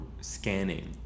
scanning